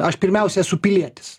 aš pirmiausia esu pilietis